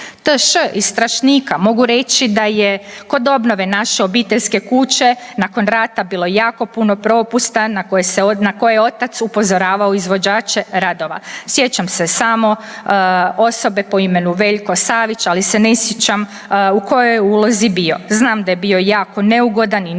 T.Š. iz Strašnika. Mogu reći da je kod obnove naše obiteljske kuće nakon rata bilo jako puno propusta na koje je otac upozoravao izvođače radova. Sjećam se samo osobe po imenu Veljko Savić, ali se ne sjećam u kojoj je ulozi bio. Znam da je bio jako neugodan i nije